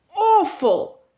awful